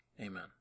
amen